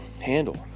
handle